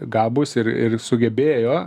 gabūs ir ir sugebėjo